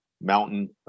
mountain